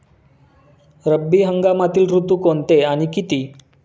रब्बी हंगामातील ऋतू कोणते आणि किती?